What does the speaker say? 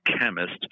chemist